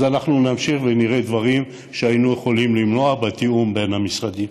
אז אנחנו נמשיך ונראה דברים שהיינו יכולים למנוע בתיאום בין המשרדים.